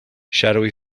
shadowy